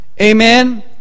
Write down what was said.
Amen